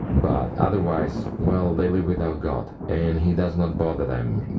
but otherwise, well, they live without god, and he does not bother them,